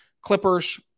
Clippers